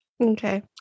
Okay